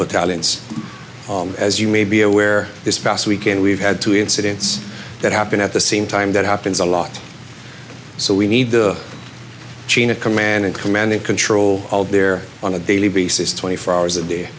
talents as you may be aware this past weekend we've had two incidents that happen at the same time that happens a lot so we need the chain of command and command and control there on a daily basis twenty four hours a day